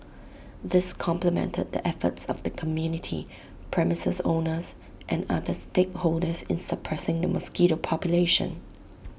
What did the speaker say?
this complemented the efforts of the community premises owners and other stakeholders in suppressing the mosquito population